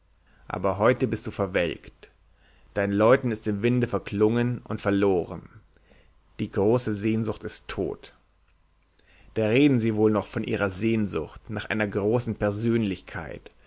aber heute bist du verwelkt dein läuten ist im winde verklungen und verloren die große sehnsucht ist tot da reden sie wohl noch von ihrer sehnsucht nach einer großen persönlichkeit